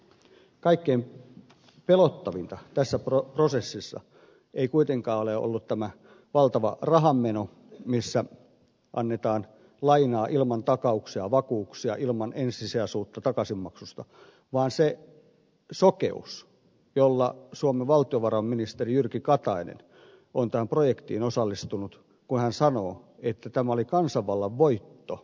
kaikkein pelottavinta tässä prosessissa ei kuitenkaan ole ollut tämä valtava rahanmeno kun annetaan lainaa ilman takauksia vakuuksia ilman ensisijaisuutta takaisinmaksusta vaan se sokeus jolla suomen valtiovarainministeri jyrki katainen on tähän projektiin osallistunut kun hän sanoo että tämä oli kansanvallan voitto markkinoista